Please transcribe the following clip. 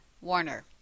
Warner